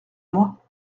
moi